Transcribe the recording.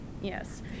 Yes